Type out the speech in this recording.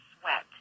sweat